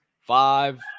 five